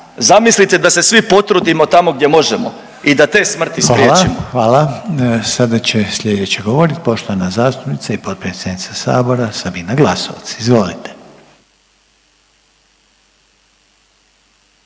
zamislite da se svi potrudimo tamo gdje možemo i da te smrti spriječimo. **Reiner, Željko (HDZ)** Hvala, hvala. Sada će slijedeća govorit poštovana zastupnica i potpredsjednica sabora Sabina Glasovac, izvolite.